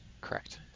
Correct